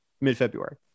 mid-February